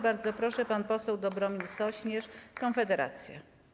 Bardzo proszę, pan poseł Dobromir Sośnierz, Konfederacja.